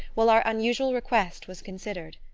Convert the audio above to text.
while our unusual request was considered.